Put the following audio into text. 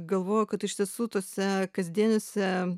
galvoju kad iš tiesų tuose kasdieniuose